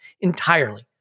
Entirely